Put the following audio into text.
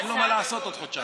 אדוני, שלוש דקות לרשותך.